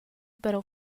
però